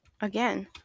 again